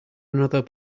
another